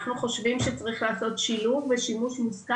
אנחנו חושבים שצריך לעשות שילוב ושימוש מושכל